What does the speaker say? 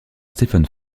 stephen